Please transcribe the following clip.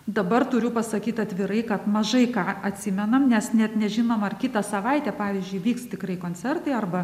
dabar turiu pasakyt atvirai kad mažai ką atsimenam nes net nežinom ar kitą savaitę pavyzdžiui vyks tikrai koncertai arba